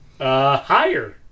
Higher